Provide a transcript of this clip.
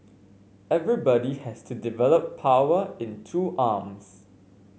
everybody has to develop power in two arms